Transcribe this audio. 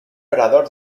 orador